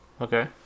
Okay